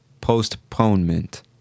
Postponement